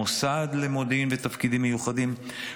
המוסד למודיעין לתפקידים מיוחדים,